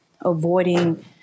avoiding